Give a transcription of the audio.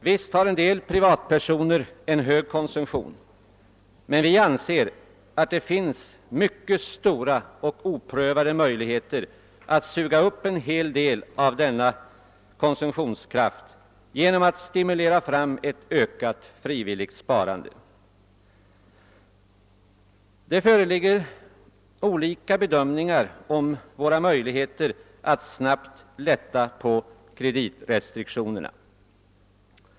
Visst har en del privatpersoner en hög konsumtion, men vi anser att det finns mycket stora möjligheter att suga upp en del av denna konsumtion genom att stimulera fram ett ökat frivilligt sparande. Det föreligger olika bedömningar av förutsättningarna att snabbt lätta på kreditrestriktionerna.